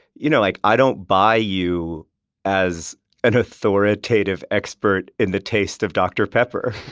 you know, like i don't buy you as an authoritative expert in the taste of dr. pepper.